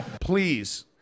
please